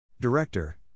Director